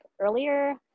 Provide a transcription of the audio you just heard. earlier